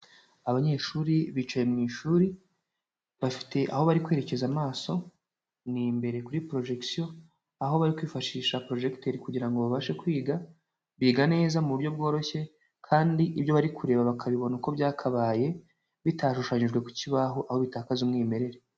Abanyeshuri bicaye mu ishuri bafite aho bari kwerekeza amaso, ni imbere kuri porojegisiyo aho bari kwifashisha porojegiteri kugirango ngo babashe kwiga, biga neza mu buryo bworoshye kandi ibyo bari kureba bakabibona uko byakabaye bitashushanyijwe ku kibaho aho bitakaza umwimerere.